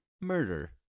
murder